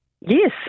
Yes